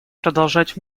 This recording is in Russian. продолжать